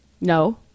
No